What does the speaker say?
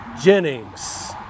Jennings